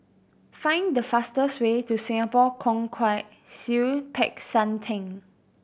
find fastest way to Singapore Kwong Wai Siew Peck San Theng